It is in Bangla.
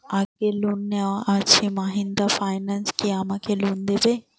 আগের লোন নেওয়া আছে মাহিন্দ্রা ফাইন্যান্স কি আমাকে লোন দেবে?